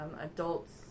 adults